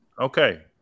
Okay